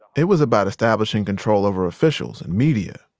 it was about establishing control over officials and media.